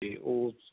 ਅਤੇ ਉਹ